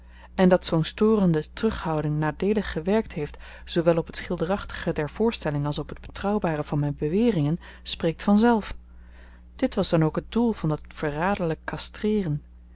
en dat zoo'n storende terughouding nadeelig gewerkt heeft zoowel op het schilderachtige der voorstelling als op t betrouwbare van m'n beweringen spreekt vanzelf dit was dan ook t doel van dat verraderlyk kastreeren